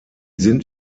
sind